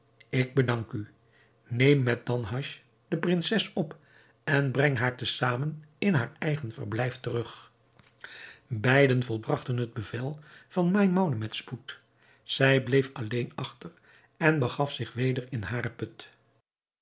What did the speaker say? ik bedank u neem met danhasch de prinses op en breng haar te zamen in haar eigen verblijf terug beiden volbragten het bevel van maimoune met spoed zij bleef alleen achter en begaf zich weder in haren put